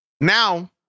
Now